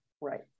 right